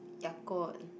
Yakult